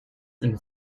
and